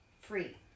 free